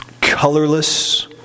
colorless